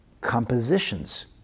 compositions